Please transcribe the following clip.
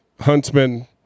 Huntsman